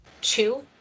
two